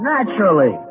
Naturally